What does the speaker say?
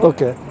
Okay